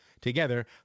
Together